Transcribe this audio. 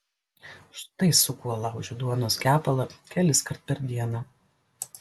štai su kuo laužiu duonos kepalą keliskart per dieną